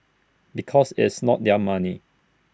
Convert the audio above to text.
because it's not their money